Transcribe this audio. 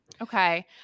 Okay